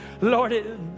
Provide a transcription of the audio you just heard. Lord